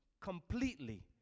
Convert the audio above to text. completely